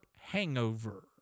hangover